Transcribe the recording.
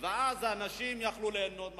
ואז האנשים יכלו ליהנות מהתוכנית.